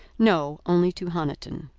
no. only to honiton.